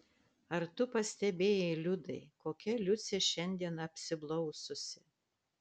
ar tu pastebėjai liudai kokia liucė šiandien apsiblaususi